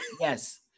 yes